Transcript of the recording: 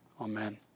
Amen